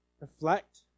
reflect